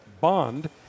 bond